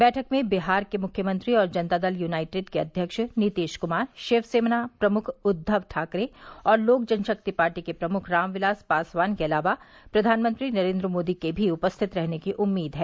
बैठक में बिहार के मुख्यमंत्री और जनता दल यूनाइटेड के अध्यक्ष नीतीश कृमार शिवसेना प्रमुख उद्दव ठाकरे और लोक जनशक्ति पार्टी के प्रमुख रामविलास पासवान के अलावा प्रधानमंत्री नरेंद्र मोदी के भी उपस्थित रहने की उम्मीद है